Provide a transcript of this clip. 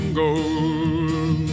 gold